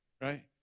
right